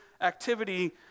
activity